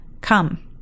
Come